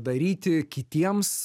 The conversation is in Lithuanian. daryti kitiems